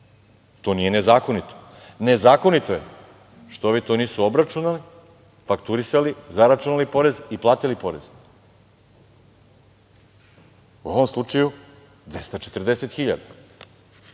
To nije nezakonito. Nezakonito je što ovi to nisu obračunali, fakturisali, zaračunali porez i platili porez. U ovom slučaju – 240